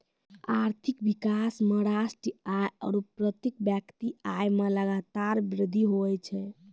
आर्थिक विकास मे राष्ट्रीय आय आरू प्रति व्यक्ति आय मे लगातार वृद्धि हुवै छै